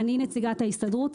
אני נציגת ההסתדרות.